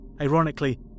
Ironically